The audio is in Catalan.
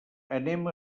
anem